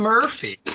Murphy